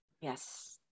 Yes